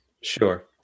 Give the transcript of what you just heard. sure